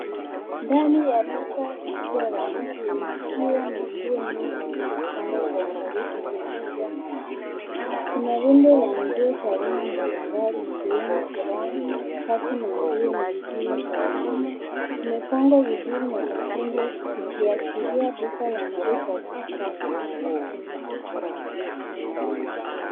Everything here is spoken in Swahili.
Ndani ya duka kubwa la nguo lilkiwa na nguo nyingi zilizopangwa kuangalishwa kwenye moja na rafu. Kuna rundo la nguo za aina mbalimbali ikiwemo fulana, shati na nguo nyingine za wanaume. Zimepangwa vizuri na kukunjwa zikiashiria duka la nguo za kistadi.